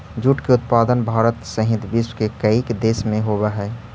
jute के उत्पादन भारत सहित विश्व के कईक देश में होवऽ हइ